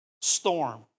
Storm